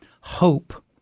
hope